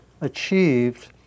achieved